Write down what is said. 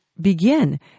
begin